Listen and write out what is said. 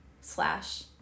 slash